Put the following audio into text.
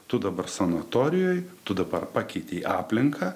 tu dabar sanatorijoj tu dabar pakeitei aplinką